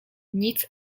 nic